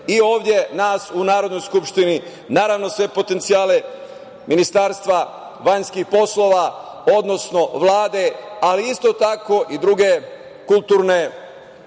i ovde nas u Narodnoj skupštini, naravno sve potencijale Ministarstva spoljnih poslova, odnosno Vlade, ali isto tako i druge kulturne